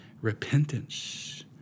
repentance